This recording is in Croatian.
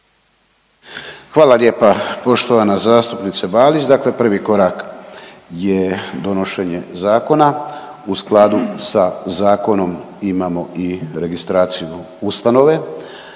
Hvala lijepa poštovana zastupnice Balić, dakle prvi korak je donošenje zakona, u skladu sa zakonom imamo i registraciju ustanove,